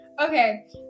Okay